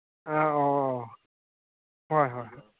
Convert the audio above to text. ꯑꯧ ꯑꯣ ꯑꯣ ꯍꯣꯏ ꯍꯣꯏ